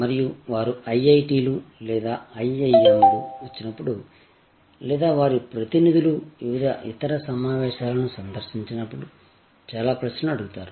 మరియు వారు IIT లు లేదా IIM లకు వచ్చినప్పుడు లేదా వారి ప్రతినిధులు వివిధ ఇతర సమావేశాలను సందర్శించినప్పుడు చాలా ప్రశ్నలు అడుగుతారు